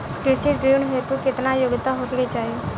कृषि ऋण हेतू केतना योग्यता होखे के चाहीं?